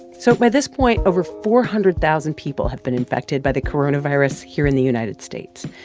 so by this point, over four hundred thousand people have been infected by the coronavirus here in the united states.